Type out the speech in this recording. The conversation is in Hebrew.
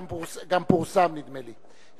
גם פורסם, נדמה לי.